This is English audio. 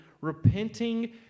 repenting